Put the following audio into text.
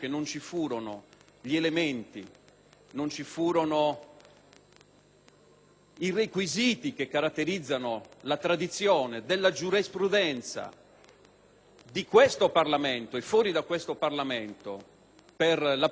i requisiti che caratterizzano la tradizionale giurisprudenza, non solo di questo Parlamento, per l'applicazione di una misura restrittiva della libertà personale di un senatore.